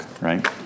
right